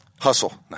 Hustle